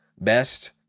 best